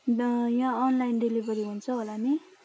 यहाँ online delivery हुन्छ होला नि